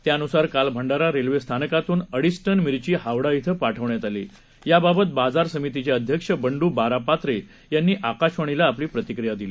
त्या नुसार काल भंडारा रेल्वे स्थानकातून अडीज टन मिर्ची हावडा श्वं पाठवण्यात आली या बाबत बाजार समितिचे अध्यक्ष बंडू बारापात्रे यांनी आकाशवाणीला आपली प्रतिक्रिया दिली